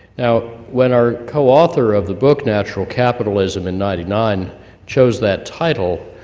now when our co-author of the book natural capitalism in ninety nine chose that title,